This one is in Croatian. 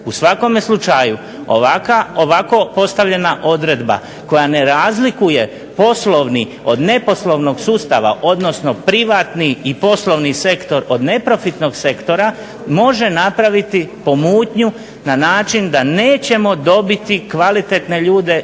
U svakome slučaju ovako postavljena odredba koja ne razlikuje poslovni od neposlovnog sustava odnosno privatni i poslovni sektor od neprofitnog sektora, može napraviti pomutnju na način da nećemo dobiti kvalitetne ljude iz